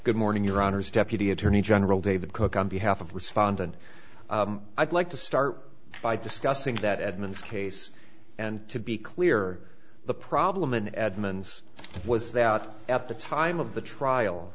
good morning your honour's deputy attorney general david cook on behalf of respondent i'd like to start by discussing that edmonds case and to be clear the problem in edmonds was that at the time of the trial